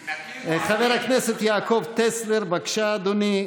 נקים, חבר הכנסת יעקב טסלר, בבקשה, אדוני.